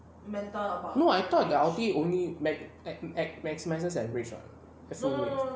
no I thought the ulti only max~ max~ maximises at range [what] at full range